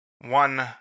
One